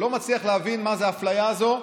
אני לא מצליח להבין מה זו האפליה הזאת.